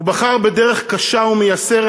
הוא בחר בדרך קשה ומייסרת: